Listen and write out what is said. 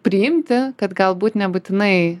priimti kad galbūt nebūtinai